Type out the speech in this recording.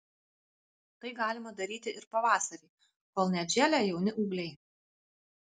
tai galima daryti ir pavasarį kol neatžėlę jauni ūgliai